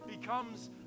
becomes